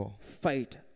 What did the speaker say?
Fight